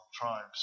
tribes